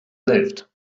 lived